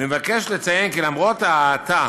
אני מבקש לציין כ׳ למרות ההאטה